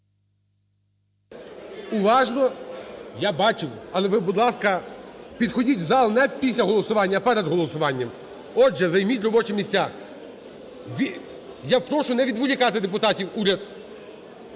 Уважно. Я бачив. Але ви, будь ласка, підходіть в зал не після голосування, а перед голосуванням. Отже, займіть робочі місця. Я прошу не відволікати депутатів, уряд!